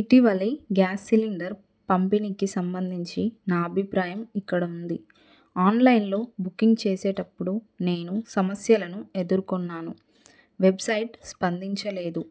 ఇటీవలి gas cylinder పంపిణీకి సంబంధించి నా అభిప్రాయం ఇక్కడ ఉంది ఆన్లైన్లో బుకింగ్ చేసేటప్పుడు నేను సమస్యలను ఎదుర్కొన్నాను వెబ్సైట్ స్పందించలేదు